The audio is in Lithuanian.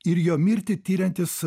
ir jo mirtį tiriantis